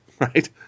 right